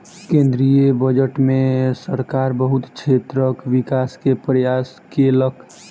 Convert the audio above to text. केंद्रीय बजट में सरकार बहुत क्षेत्रक विकास के प्रयास केलक